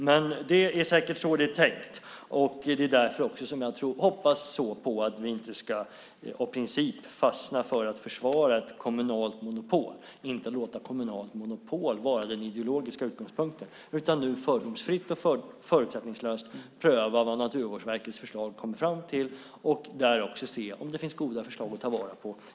Men det är säkert så det är tänkt, och det är också därför som jag hoppas att vi av princip inte ska fastna för att försvara ett kommunalt monopol och låta ett kommunalt monopol vara den ideologiska utgångspunkten utan nu fördomsfritt och förutsättningslöst pröva vad man kommer fram till i Naturvårdsverkets förslag och också se om det finns goda förslag att ta vara på.